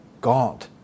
God